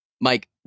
Mike